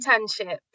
internship